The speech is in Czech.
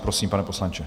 Prosím, pane poslanče.